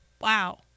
Wow